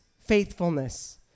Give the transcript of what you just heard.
faithfulness